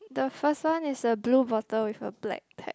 the first one is a blue bottle with a black cap